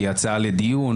היא הצעה לדיון,